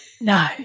No